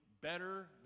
better